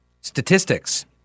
statistics